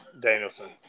Danielson